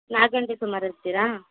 ನಾಲ್ಕು ಗಂಟೆ ಸುಮಾರು ಇರ್ತೀರ